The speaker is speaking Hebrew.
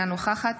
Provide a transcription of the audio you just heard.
אינה נוכחת